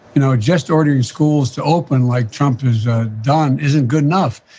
you know, just ordering schools to open like trump has ah done isn't good enough.